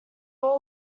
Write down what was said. all